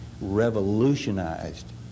revolutionized